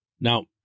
Now